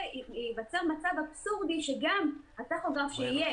ייווצר מצב אבסורדי שגם הטכוגרף שיהיה,